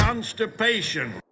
constipation